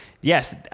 yes